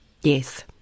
Yes